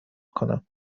کنم